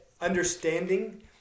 Understanding